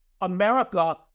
America